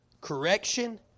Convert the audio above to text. correction